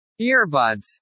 Earbuds